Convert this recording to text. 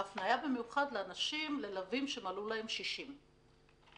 עדין ההפניה במיוחד ללווים שמלאו להם 60 שנים.